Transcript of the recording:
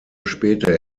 später